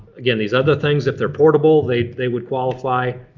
again these other things if they're portable they they would qualify.